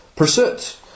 Pursuit